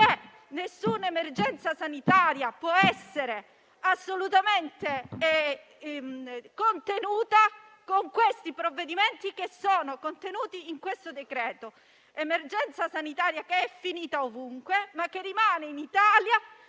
nessuna emergenza sanitaria può essere assolutamente contenuta con i provvedimenti previsti in questo decreto. L'emergenza sanitaria è finita ovunque, ma rimane in Italia